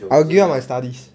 I would give up my studies